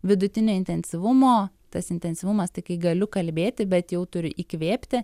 vidutinio intensyvumo tas intensyvumas tai kai galiu kalbėti bet jau turiu įkvėpti